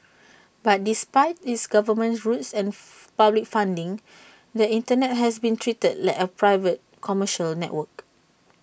but despite its government roots and public funding the Internet has been treated like A private commercial network